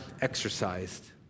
exercised